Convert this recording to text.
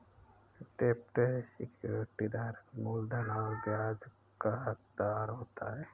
डेब्ट सिक्योरिटी धारक मूलधन और ब्याज का हक़दार होता है